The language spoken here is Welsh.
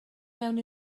mewn